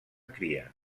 cria